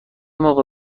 موقع